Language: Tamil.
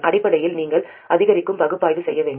அடிப்படையில் நீங்கள் அதிகரிக்கும் பகுப்பாய்வு செய்ய வேண்டும்